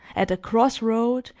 at a cross-road,